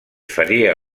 faria